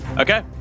Okay